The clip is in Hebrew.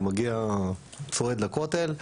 אני מגיע, צועד לכותל.